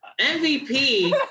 MVP